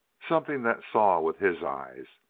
something that saw with his eyes,